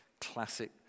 classic